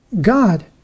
God